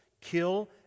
kill